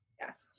Yes